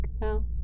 no